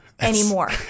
anymore